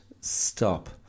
stop